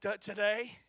today